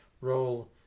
role